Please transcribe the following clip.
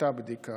הייתה בדיקה.